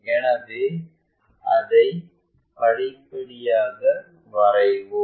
எனவே அதை படிப்படியாக வரைவோம்